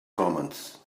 commands